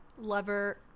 lover